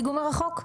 דיגום מרחוק?